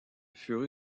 furent